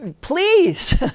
please